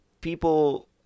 people